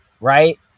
right